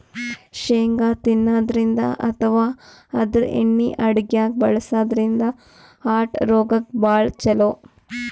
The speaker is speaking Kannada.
ಶೇಂಗಾ ತಿನ್ನದ್ರಿನ್ದ ಅಥವಾ ಆದ್ರ ಎಣ್ಣಿ ಅಡಗ್ಯಾಗ್ ಬಳಸದ್ರಿನ್ದ ಹಾರ್ಟ್ ರೋಗಕ್ಕ್ ಭಾಳ್ ಛಲೋ